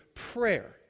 prayer